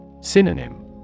Synonym